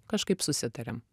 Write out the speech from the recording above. kažkaip susitarėm